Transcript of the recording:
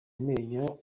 amenyo